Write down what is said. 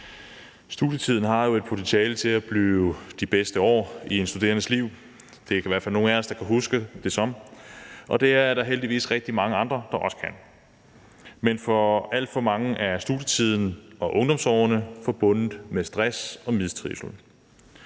Studietiden har jo et potentiale til at blive de bedste år i en studerendes liv, det er der i hvert fald nogle af os, der kan huske det som, og det er der heldigvis rigtig mange andre, der også kan, men for alt for mange er studietiden og ungdomsårene forbundet med stress og mistrivsel.